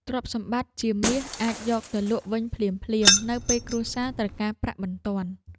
ទ្រព្យសម្បត្តិជាមាសអាចយកទៅលក់វិញភ្លាមៗ នៅពេលគ្រួសារត្រូវការប្រាក់បន្ទាន់។